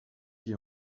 qui